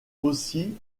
aussi